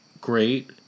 great